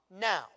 now